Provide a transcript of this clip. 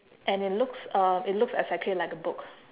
and it looks uh it looks exactly like a book